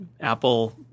apple